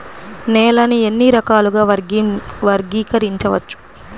నేలని ఎన్ని రకాలుగా వర్గీకరించవచ్చు?